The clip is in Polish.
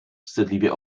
wstydliwie